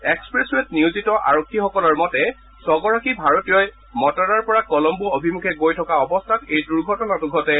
এক্সপ্ৰেছৰেত নিয়োজিত আৰক্ষীসকলৰ মতে ছগৰাকী ভাৰতীয়ই মতাৰাৰ পৰা কলম্বো অভিমুখে গৈ থকা অৱস্থাত এই দুৰ্ঘটনা ঘটে